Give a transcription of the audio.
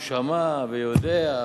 הוא שמע ויודע.